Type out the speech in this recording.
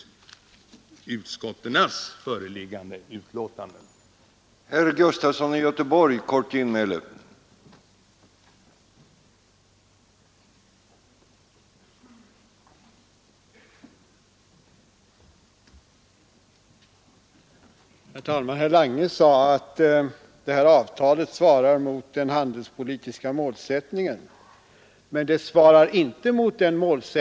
diskussioner som kan leda till förhandlingar om en sådan utvidgning av